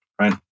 right